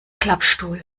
klappstuhl